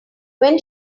when